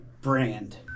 brand